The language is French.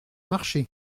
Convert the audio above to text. marché